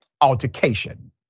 altercation